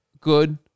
good